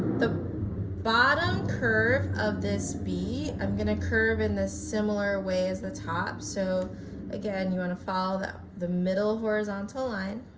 the bottom curve of this b i'm going to curve in this similar way as the top so again you want to follow that the middle horizontal line